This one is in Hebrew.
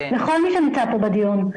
לכל מי שנמצא פה בדיון.